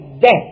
death